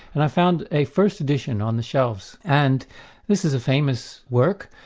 and i found a first edition on the shelves, and this is a famous work,